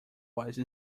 was